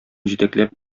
җитәкләп